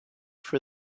for